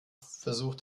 versucht